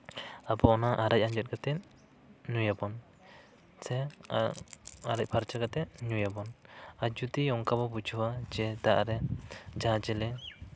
ᱟᱵᱚᱣᱟᱜ ᱱᱚᱣᱟ ᱟᱨᱮᱡ ᱟᱸᱡᱮᱫ ᱠᱟᱛᱮᱜ ᱧᱩᱭᱟᱵᱚᱱ ᱥᱮ ᱟᱨᱮᱡ ᱯᱷᱟᱨᱪᱟ ᱠᱟᱛᱮᱜ ᱧᱩᱭᱟᱵᱚᱱ ᱟᱨ ᱡᱩᱫᱤ ᱚᱱᱠᱟ ᱵᱚᱱ ᱵᱩᱡᱷᱟᱹᱣᱟ ᱡᱮ ᱫᱟᱜ ᱨᱮ ᱡᱟᱦᱟᱸ ᱪᱤᱞᱤ